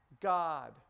God